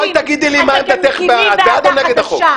בואי תגידי לי מה עמדתך, את בעד או נגד החוק?